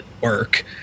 work